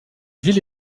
ville